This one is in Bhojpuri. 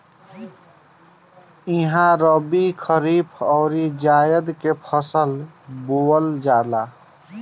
इहा रबी, खरीफ अउरी जायद के फसल बोअल जाला